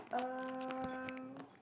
um